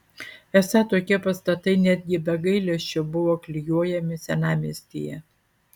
esą tokie pastatai netgi be gailesčio buvo klijuojami senamiestyje